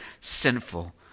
sinful